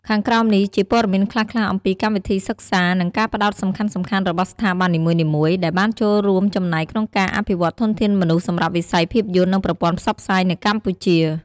ខាងក្រោមនេះជាព័ត៌មានខ្លះៗអំពីកម្មវិធីសិក្សា និងការផ្ដោតសំខាន់ៗរបស់ស្ថាប័ននីមួយៗ ដែលបានចូលរួមចំណែកក្នុងការអភិវឌ្ឍធនធានមនុស្សសម្រាប់វិស័យភាពយន្ត និងប្រព័ន្ធផ្សព្វផ្សាយនៅកម្ពុជា។